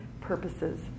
purposes